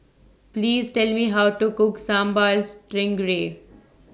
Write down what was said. Please Tell Me How to Cook Sambal Stingray